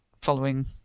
following